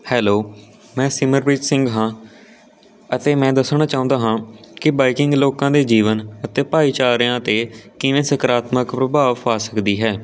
hello ਮੈਂ ਸਿਮਰਪ੍ਰੀਤ ਸਿੰਘ ਹਾਂ ਅਤੇ ਮੈਂ ਦੱਸਣਾ ਚਾਹੁੰਦਾ ਹਾਂ ਕਿ ਬਾਈਕਿੰਗ ਲੋਕਾਂ ਦੇ ਜੀਵਨ ਅਤੇ ਭਾਈਚਾਰਿਆਂ 'ਤੇ ਕਿਵੇਂ ਸਕਾਰਾਤਮਕ ਪ੍ਰਭਾਵ ਪਾ ਸਕਦੀ ਹੈ